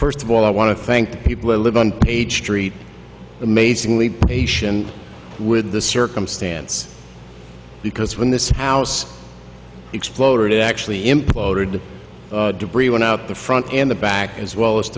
first of all i want to thank the people who live on page three amazingly patient with the circumstance because when this house exploded it actually imploded debris went out the front and the back as well as